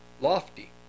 lofty